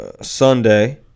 Sunday